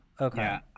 Okay